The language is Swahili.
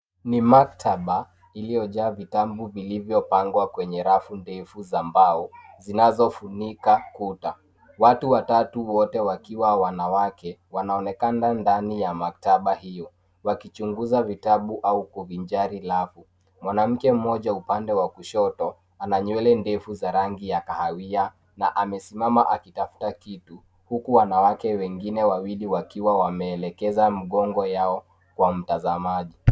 Ni maktaba iliyojaa vitabu vilivyopangwa kwenye rafu ndefu za mbao, zinazofunika kuta. Watu watatu wote wakiwa wanawake, wanaonekana ndani ya maktaba hiyo, wakichunguza vitabu au kuvinjari rafu. Mwanamke mmoja upande wa kushoto, ana nywele ndefu za rangi ya kahawia na amesimama akitafuta kitu huku wanawake wengine wawili wakiwa wameelekeza mgongo yao kwa mtazamaji.